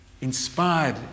Inspired